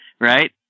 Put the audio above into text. right